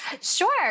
Sure